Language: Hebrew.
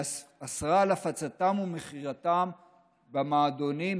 אסרה את הפצתם ומכירתם במועדונים,